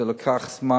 זה לקח יותר זמן.